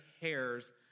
hairs